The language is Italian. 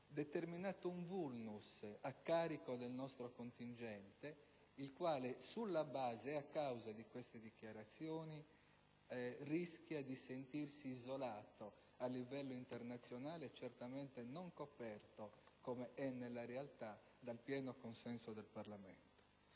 determinato un *vulnus* per il nostro contingente, il quale, a causa di quelle dichiarazioni, rischia di sentirsi isolato a livello internazionale e certamente non coperto, come è nella realtà, dal pieno consenso del Parlamento.